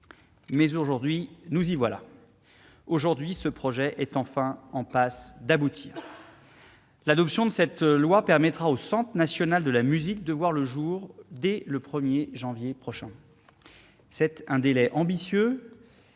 Mais aujourd'hui, nous y voilà ! Aujourd'hui, ce projet est enfin en passe d'aboutir ! L'adoption de cette proposition de loi permettra au Centre national de la musique de voir le jour, dès le 1 janvier prochain. C'est une échéance ambitieuse,